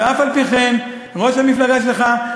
ואף-על-פי-כן ראש המפלגה שלך,